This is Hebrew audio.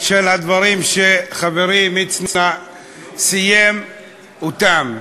של הדברים שחברי מצנע סיים בהם.